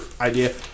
idea